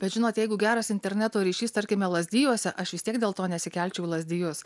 bet žinot jeigu geras interneto ryšys tarkime lazdijuose aš vis tiek dėl to nesikelčiau į lazdijus